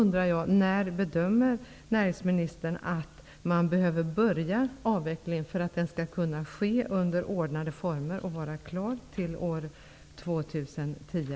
När bedömer näringsministern att man behöver börja avvecklingen för att den skall kunna ske under ordnade former och vara klar under år 2010?